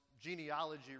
genealogy